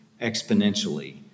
exponentially